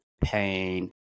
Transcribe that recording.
pain